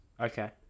okay